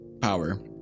power